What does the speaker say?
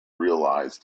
realise